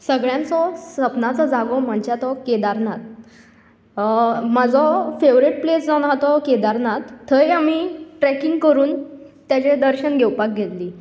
सगळ्यांचो सपनांचो जागो म्हणजे तो केदारनाथ म्हजो फेवरेट प्लेस जावन आसा तो केदारनाथ थंय आमी ट्रेकींग करून ताजे दर्शन घेवपाक गेल्ली